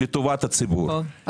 לטובת הציבור.